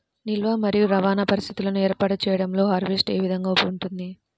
నిల్వ మరియు రవాణా పరిస్థితులను ఏర్పాటు చేయడంలో హార్వెస్ట్ ఏ విధముగా ఉంటుంది?